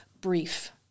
Brief